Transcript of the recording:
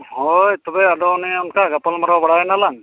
ᱦᱳᱭ ᱛᱚᱵᱮ ᱟᱫᱚ ᱚᱱᱮ ᱚᱱᱠᱟ ᱜᱟᱯᱟᱞ ᱢᱟᱨᱟᱣ ᱵᱟᱲᱟᱭ ᱱᱟᱞᱟᱝ